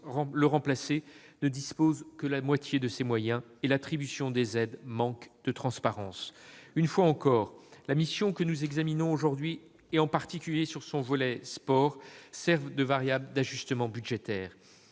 la remplacer, ne dispose que de la moitié de ses moyens. De plus, l'attribution des aides manque de transparence. Une fois encore, la mission que nous examinons aujourd'hui, en particulier son volet sport, sert de variable d'ajustement budgétaire.